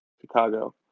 Chicago